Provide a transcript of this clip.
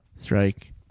strike